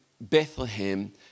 Bethlehem